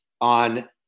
on